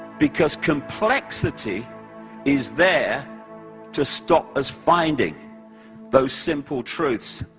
because complexity is there to stop us finding those simple truths.